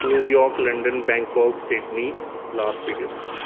New York London Bangkok Sydney Las Vegas